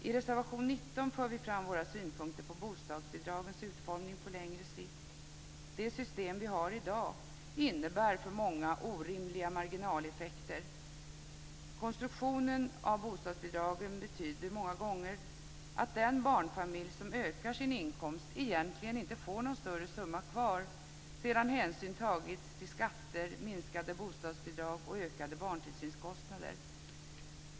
I reservation 20 för vi fram våra synpunkter på bostadsbidragens utformning på längre sikt. Det system vi har i dag innebär för många orimliga marginaleffekter. Konstruktionen av bostadsbidragen betyder många gånger att den barnfamilj som ökar sin inkomst egentligen inte får någon större summa kvar sedan hänsyn tagits till skatter, minskade bostadsbidrag och ökade barntillsynskostnader.